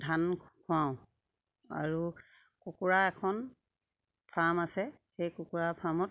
ধান খুৱাওঁ আৰু কুকুৰা এখন ফাৰ্ম আছে সেই কুকুৰা ফাৰ্মত